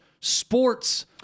sports